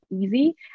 easy